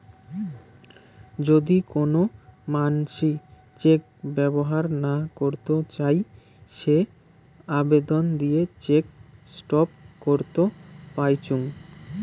যদি কোন মানসি চেক ব্যবহর না করত চাই সে আবেদন দিয়ে চেক স্টপ করত পাইচুঙ